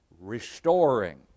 Restoring